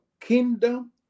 kingdom